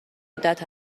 مدت